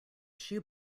shoe